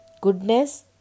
Goodness